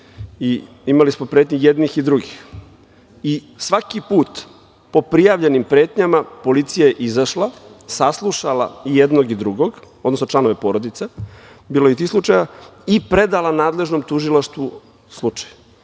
i imali smo pretnji i jednih i drugih. I svaki put po prijavljenim pretnjama policija je izašla, saslušala i jednog i drugog, odnosno članove porodica, bilo je i tih slučajeva, i predala nadležnom tužilaštvu slučaj.